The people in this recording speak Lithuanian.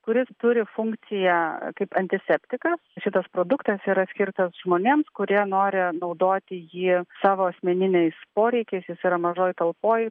kuris turi funkciją kaip antiseptikas šitas produktas yra skirtas žmonėms kurie nori naudoti jį savo asmeniniais poreikiais jis yra mažoj talpoj